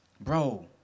Bro